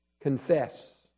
Confess